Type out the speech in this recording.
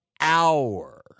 hour